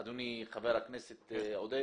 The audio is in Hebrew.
אדוני חבר הכנסת עודד,